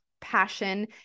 passion